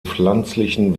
pflanzlichen